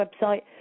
website